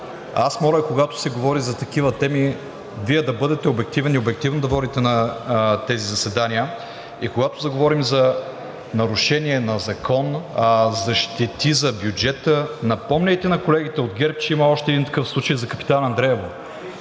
когато се говори за такива теми, Вие да бъдете обективен и обективно да водите на тези заседания и когато заговорим за нарушения на закон, за щети за бюджета, напомняйте на колегите от ГЕРБ, че има още един такъв случай – за „Капитан Андреево“